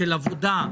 של עבודה,